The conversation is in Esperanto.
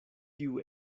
kiu